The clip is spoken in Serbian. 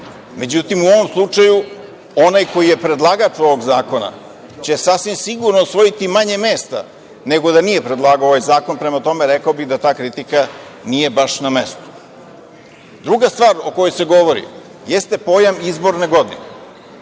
Međutim, u ovom slučaju, onaj koji je predlagač ovog zakona će sasvim sigurno osvojiti manje mesta nego da nije predlagao ovaj zakon, prema tome, rekao bih da ta kritika nije baš na mestu. Druga stvar o kojoj se govori jeste pojam izborne godine.